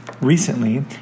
Recently